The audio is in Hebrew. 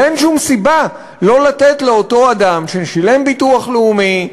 ואין שום סיבה שלא לתת לאותו אדם ששילם ביטוח לאומי,